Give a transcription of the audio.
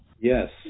Yes